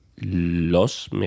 los